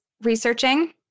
researching